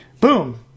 Boom